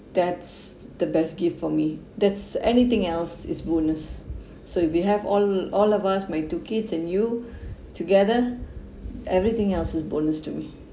that's the best gift for me that's anything else is bonus so if we have all all of us my two kids and you together everything else is bonus to me